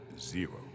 Zero